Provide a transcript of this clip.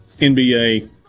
NBA